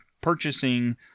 purchasing